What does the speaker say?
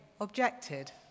objected